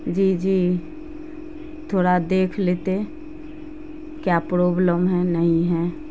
جی جی تھوڑا دیکھ لیتے کیا پرابلم ہے نہیں ہیںا